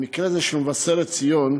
במקרה זה, של מבשרת ציון,